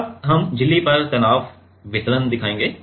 अब हम झिल्ली पर तनाव वितरण दिखाएंगे